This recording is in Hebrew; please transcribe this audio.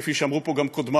כפי שאמרו פה גם קודמי,